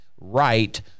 right